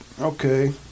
Okay